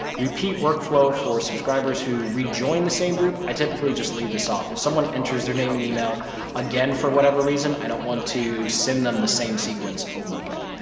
repeat workflow for subscribers who rejoined the same group, i typically just leave this off. if someone enters their name and email again, for whatever reason, i don't want to send them the same sequence over again.